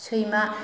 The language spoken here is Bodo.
सैमा